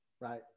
right